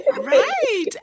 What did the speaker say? Right